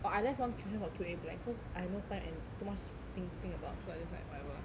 !wah! I left one question for Q_A blank cause I no time and too much thing to think about so I just like whatever